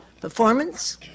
performance